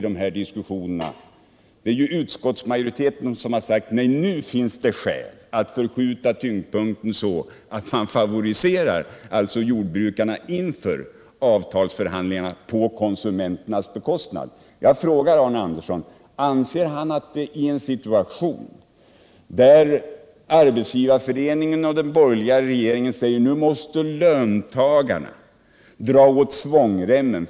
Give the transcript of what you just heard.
Det är utskottsmajoriteten som har sagt att det nu finns skäl att förskjuta tyngdpunkten, så att man favoriserar jordbrukarna inför avtalsförhandlingarna på konsumenternas bekostnad. Jag frågar Arne Andersson om han anser att det i en situation där Arbetsgivareföreningen och den borgerliga regeringen säger: Nu måste Nr 54 löntagarna dra åt svångremmen!